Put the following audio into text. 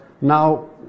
Now